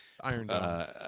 Iron